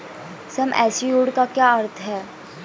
सम assured का क्या अर्थ है?